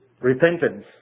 repentance